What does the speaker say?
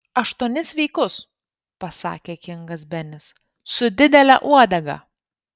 aštuonis sveikus pasakė kingas benis su didele uodega